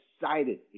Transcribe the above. excited